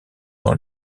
dans